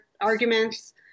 arguments